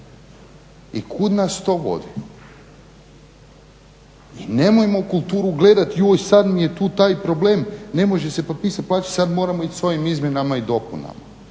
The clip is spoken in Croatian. i kud nas to vodi? I nemojmo kulturu gledati joj sad mi je tu taj problem, ne može se potpisat plaće, sad moramo ići s ovim izmjenama i dopunama.